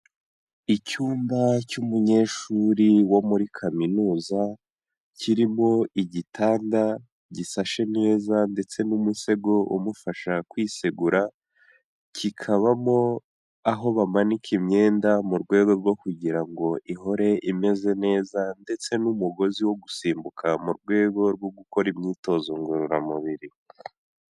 Icyumba cy'umunyeshuri wo muri Kaminuza, kirimo igitanda gisashe neza ndetse n'umusego umufasha kwisegura, kikabamo aho bamanika imyenda mu rwego rwo kugira ngo ihore imeze neza ndetse n'umugozi wo gusimbuka mu rwego rwo gukora imyitozo ngororamubiri.